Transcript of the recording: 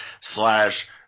slash